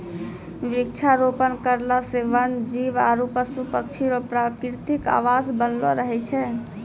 वृक्षारोपण करला से वन जीब आरु पशु पक्षी रो प्रकृतिक आवास बनलो रहै छै